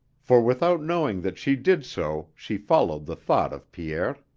for without knowing that she did so she followed the thought of pierre.